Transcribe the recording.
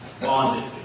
Bonded